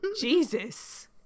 Jesus